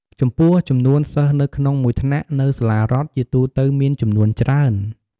ចំពោះ ចំនួនសិស្សនៅក្នុងមួយថ្នាក់នៅសាលារដ្ឋជាទូទៅមានចំនួនច្រើន។